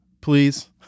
please